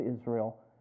Israel